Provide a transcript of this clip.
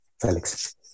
Felix